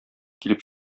килеп